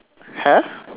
have